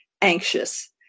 anxious